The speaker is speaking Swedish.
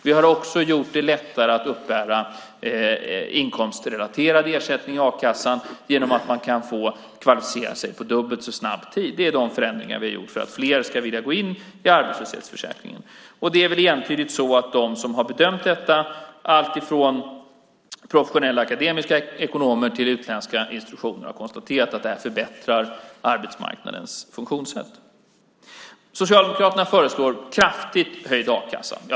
Vi har också gjort det lättare att uppbära inkomstrelaterad ersättning i a-kassan genom att man kan få kvalificera sig dubbelt så snabbt. Det är de förändringar vi har gjort för att fler ska vilja gå in i arbetslöshetsförsäkringen. Det är entydigt så att de som har bedömt detta, alltifrån professionella akademiska ekonomer till utländska institutioner, har konstaterat att detta förbättrar arbetsmarknadens funktionssätt. Socialdemokraterna föreslår en kraftigt höjd a-kassa.